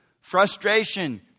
frustration